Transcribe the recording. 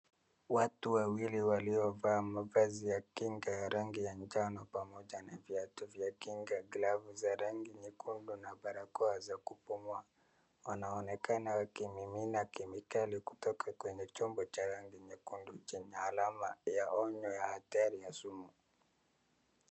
Watu wawili waliovaa mavazi ya kinga ya rangi ya njano pamoja na viatu vya kinga, glavu za rangi nyekundu na barakoa za kupumua, wanaonekana wakimimina kemikali kutoka kwenye chombo cha rangi nyekundu chenye alama ya onyo ya hatari ya sumu.